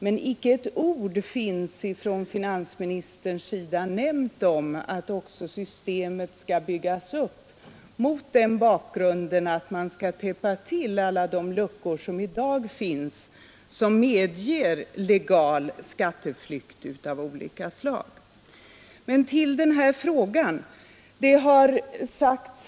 Men inte ett ord har finansministern nämnt om att systemet skall byggas upp mot den bakgrunden att man skall täppa till alla de luckor som i dag finns och som medger legal skatteflykt av olika slag. Så till den aktuella frågan.